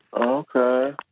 Okay